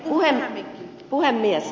arvoisa puhemies